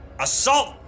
assault